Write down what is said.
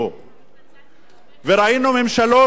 וראינו ממשלות שלוקחות דוגמה אישית,